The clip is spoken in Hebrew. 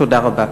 תודה רבה.